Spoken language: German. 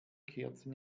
kerzen